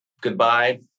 goodbye